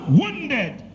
wounded